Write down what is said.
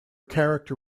character